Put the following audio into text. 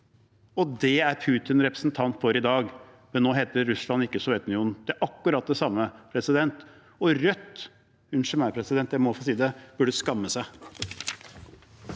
og det er Putin representant for i dag. Men nå heter ikke Russland Sovjetunionen. Det er akkurat det samme, og Rødt – unnskyld meg, president, men jeg må få si det – burde skamme seg.